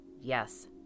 Yes